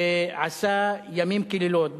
ועשה לילות כימים,